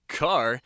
car